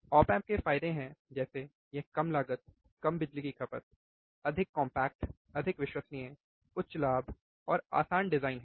op amp के फायदे हैं जैसे यह कम लागत कम बिजली की खपत अधिक कॉम्पैक्ट अधिक विश्वसनीय उच्च लाभ और आसान डिज़ाइन है